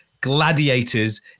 Gladiators